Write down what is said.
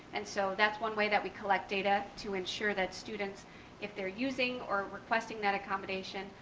and so that's one way that we collect data to ensure that students if they're using or requesting that accommodation,